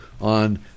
on